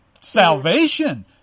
salvation